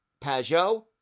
Pajot